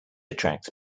attracts